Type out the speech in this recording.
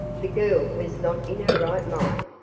the girl was not in her right mind,